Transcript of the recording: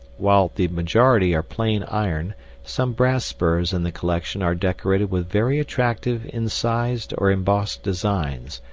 while the majority are plain iron some brass spurs in the collection are decorated with very attractive incised or embossed designs.